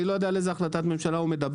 אני לא יודע על איזה החלטת ממשלה הוא מדבר,